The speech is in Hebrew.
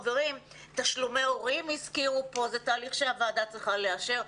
הזכירו פה תשלומי הורים זה תהליך שהוועדה צריכה לאשר.